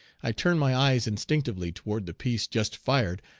i turned my eyes instinctively toward the piece just fired,